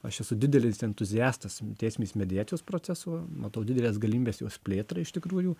aš esu didelis entuziastas teisminės mediacijos proceso matau dideles galimybes jos plėtrai iš tikrųjų